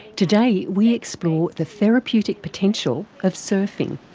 today we explore the therapeutic potential of surfing.